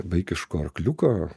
vaikiško arkliuko